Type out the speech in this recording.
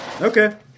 Okay